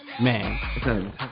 man